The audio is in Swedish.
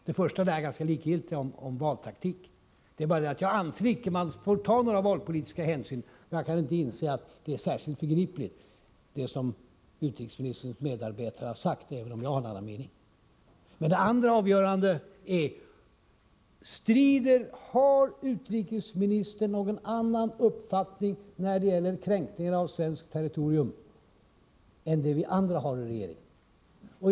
Den första är det ganska likgiltiga resonemanget om valtaktik. Det är bara det att jag icke anser att man får ta några valpolitiska hänsyn. Jag har en annan mening — även om jag inte kan inse att det som utrikesministerns medarbetare har sagt är särskilt begripligt. Den andra och avgörande frågan är: Har utrikesministern någon annan uppfattning när det gäller kränkningar av svenskt territorium än den vi andra i regeringen har?